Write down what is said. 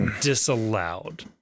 disallowed